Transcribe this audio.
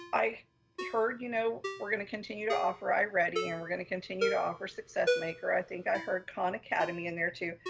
i heard, you know we're gonna continue to offer iready and we're gonna continue to offer successmaker. i think i heard khan academy in there too,